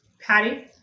patty